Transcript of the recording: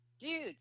Dude